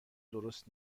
درست